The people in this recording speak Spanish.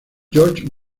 george